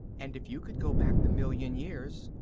and if you could go back the million years,